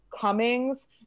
Cummings